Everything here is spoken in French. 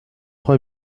trois